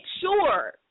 sure